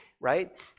right